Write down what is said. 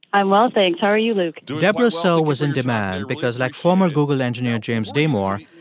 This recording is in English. i'm well, thanks. how are you, luke? debra soh was in demand because, like former google engineer james damore,